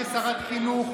כשרת חינוך,